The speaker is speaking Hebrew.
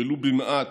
ולו במעט,